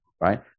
Right